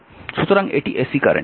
সুতরাং এটি ac current